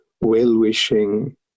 well-wishing